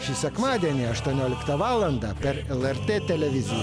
šį sekmadienį aštuonioliktą valandą per lrt televiziją